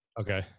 okay